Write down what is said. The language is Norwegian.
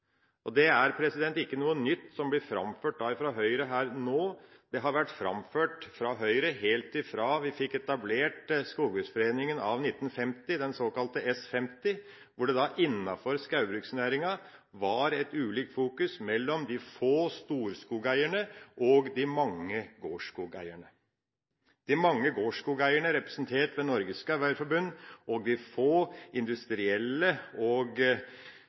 Det er ikke noe nytt som blir framført fra Høyre her nå, det har vært framført fra Høyre helt fra vi fikk etablert Skogbruksforeningen av 1950, den såkalte S-50, hvor det innenfor skogbruksnæringen var et ulikt fokus mellom de få storskogeierne og de mange gårdsskogeierne – de mange gårdsskogeierne representert ved Norges Skogeierforbund, og de få industrielle og